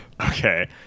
Okay